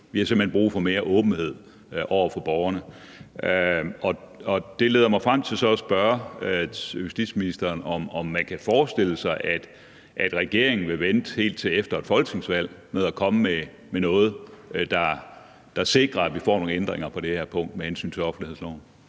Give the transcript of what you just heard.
hen brug for mere åbenhed over for borgerne. Det leder mig frem til så at spørge justitsministeren, om man kan forestille sig, at regeringen vil vente helt til efter et folketingsvalg med at komme med noget, der sikrer, at vi får nogle ændringer på det her punkt med hensyn til offentlighedsloven.